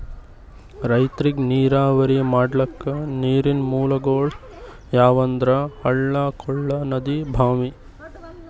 ರೈತರಿಗ್ ನೀರಾವರಿ ಮಾಡ್ಲಕ್ಕ ನೀರಿನ್ ಮೂಲಗೊಳ್ ಯಾವಂದ್ರ ಹಳ್ಳ ಕೊಳ್ಳ ನದಿ ಭಾಂವಿ